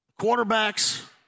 quarterbacks